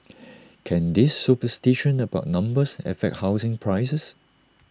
can this superstition about numbers affect housing prices